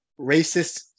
racist